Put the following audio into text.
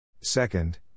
Second